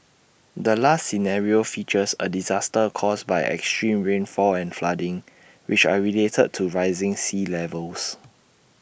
the last scenario features A disaster caused by extreme rainfall and flooding which are related to rising sea levels